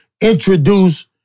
introduce